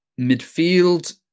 Midfield